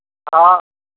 હા